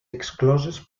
excloses